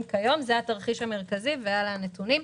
כיום הוא התרחיש המרכזי ואלה הנתונים.